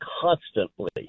constantly